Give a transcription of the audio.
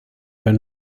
but